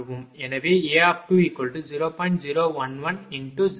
எனவே A20